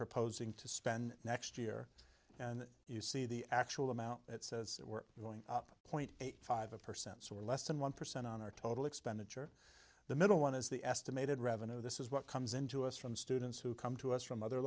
proposing to spend next year and you see the actual amount it says we're going up point five percent so we're less than one percent on our total expenditure the middle one is the estimated revenue this is what comes in to us from students who come to us from other